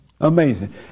Amazing